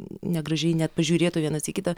negražiai net pažiūrėtų vienas į kitą